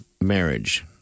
marriage